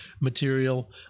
material